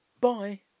Bye